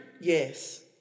Yes